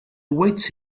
awaits